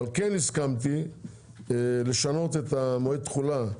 אבל כן הסכמתי לשנות את מועד התחולה,